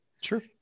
Sure